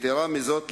יתירה מזו,